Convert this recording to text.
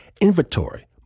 inventory